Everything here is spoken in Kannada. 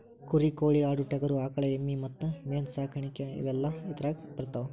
ಕುರಿ ಕೋಳಿ ಆಡು ಟಗರು ಆಕಳ ಎಮ್ಮಿ ಮತ್ತ ಮೇನ ಸಾಕಾಣಿಕೆ ಇವೆಲ್ಲ ಇದರಾಗ ಬರತಾವ